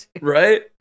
Right